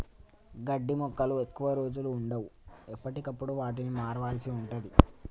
గడ్డి మొక్కలు ఎక్కువ రోజులు వుండవు, ఎప్పటికప్పుడు వాటిని మార్వాల్సి ఉంటది